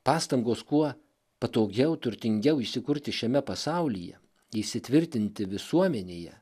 pastangos kuo patogiau turtingiau įsikurti šiame pasaulyje įsitvirtinti visuomenėje